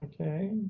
Okay